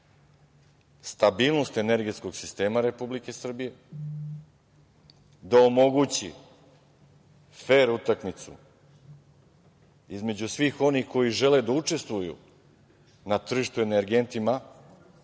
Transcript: stabilnost energetskog sistema Republike Srbije, da omogući fer utakmicu između svih onih koji žele da učestvuju na tržištu energentima